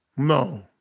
No